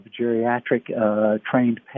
geriatric-trained